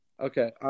Okay